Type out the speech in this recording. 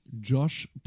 Josh